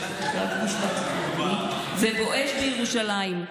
בואש בירושלים.